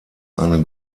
eine